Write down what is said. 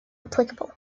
applicable